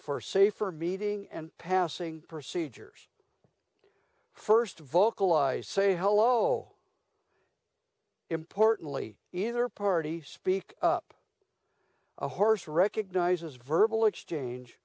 safe for meeting and passing procedures first vocalize say hello importantly either party speak up a horse recognizes verbal exchange